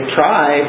try